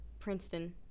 Princeton